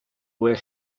where